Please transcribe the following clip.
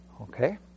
Okay